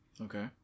Okay